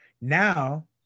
Now